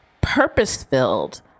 purpose-filled